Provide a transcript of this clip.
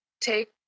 take